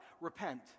Repent